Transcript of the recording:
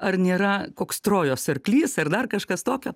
ar nėra koks trojos arklys ar dar kažkas tokio